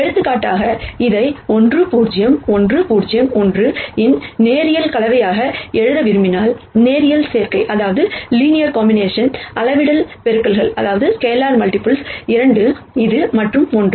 எடுத்துக்காட்டாக இதை 1 0 1 0 1 இன் லீனியர் காம்பினேஷன் எழுத விரும்பினால் லீனியர் காம்பினேஷன் ஸ்கேலார் மல்டிபிள்ஸ் 2 இது மற்றும் 1